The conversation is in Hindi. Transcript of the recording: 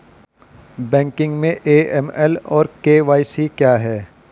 बैंकिंग में ए.एम.एल और के.वाई.सी क्या हैं?